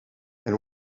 and